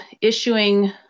issuing